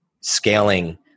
scaling